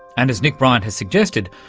and as nick bryant has suggested,